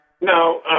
No